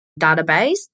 database